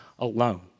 Alone